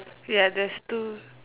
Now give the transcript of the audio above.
ya there's two